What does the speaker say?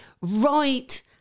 right